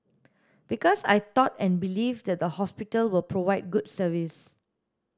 because I thought and believe that the hospital will provide good service